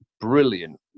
brilliant